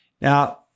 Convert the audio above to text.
Now